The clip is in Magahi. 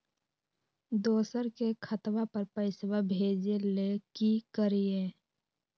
दोसर के खतवा पर पैसवा भेजे ले कि करिए?